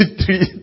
three